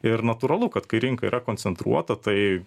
ir natūralu kad kai rinka yra koncentruota tai